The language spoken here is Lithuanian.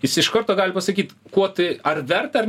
jis iš karto gali pasakyt kuo tai ar verta ar